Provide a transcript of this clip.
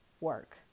work